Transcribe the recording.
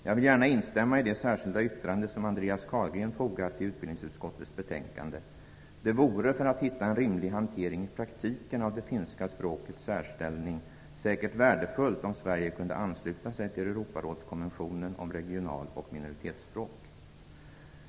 Jag vill gärna instämma i det särskilda yttrande som Andreas Carlgren fogat till utbildningsutskottets betänkande. Det vore, för att hitta en rimlig hantering i praktiken av det finska språkets särställning, säkert värdefullt om Sverige kunde ansluta sig till Europarådskonventionen om regional och minoritetsspråk.